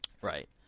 Right